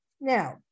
Now